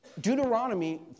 Deuteronomy